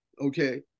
Okay